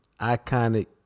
iconic